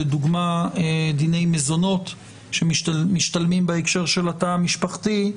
לדוגמה דיני מזונות שמשתלמים בהקשר של התא המשפחתי,